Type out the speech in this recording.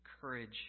courage